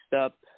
up